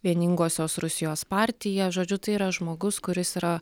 vieningosios rusijos partija žodžiu tai yra žmogus kuris yra